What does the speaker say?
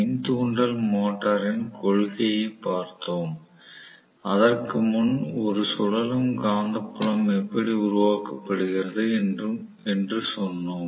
மின் தூண்டல் மோட்டரின் கொள்கையைப் பார்த்தோம் அதற்கு முன் ஒரு சுழலும் காந்தப்புலம் எப்படி உருவாக்கப்படுகிறது என்று சொன்னோம்